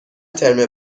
ترم